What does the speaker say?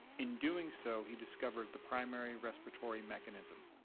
in doing so, he discovered the primary respiratory mechanism.